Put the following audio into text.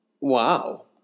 wow